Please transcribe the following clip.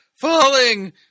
falling